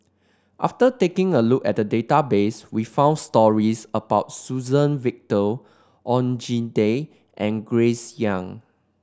after taking a look at the database we found stories about Suzann Victor Oon Jin Teik and Grace Young